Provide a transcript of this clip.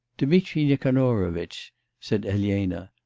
dmitri nikanorovitch said elena,